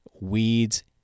weeds